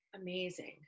Amazing